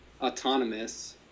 autonomous